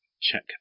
check